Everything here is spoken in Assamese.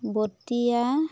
বটিয়া